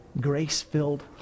grace-filled